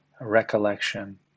recollection